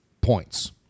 points